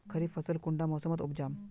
खरीफ फसल कुंडा मोसमोत उपजाम?